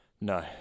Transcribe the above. No